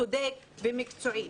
צודק ומקצועי.